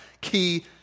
key